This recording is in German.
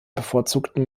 bevorzugten